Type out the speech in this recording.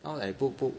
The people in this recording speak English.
now like book book